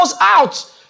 out